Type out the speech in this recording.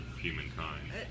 humankind